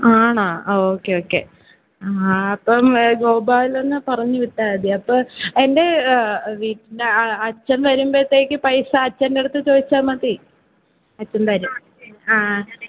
ആണ okay okay ആ അപ്പം ഗോപാലനെ പറഞ്ഞ് വിട്ടാൽ മതി അപ്പം എന്റെ വീട്ടിന്റെ അച്ഛൻ വരുമ്പോഴത്തേക്ക് പൈസ അച്ഛൻ്റെ അടുത്ത് ചോദിച്ചാൽ മതി അച്ഛൻ തരും ആ